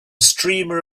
streamer